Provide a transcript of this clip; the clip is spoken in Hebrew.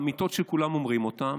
אמיתות שכולם אומרים אותן,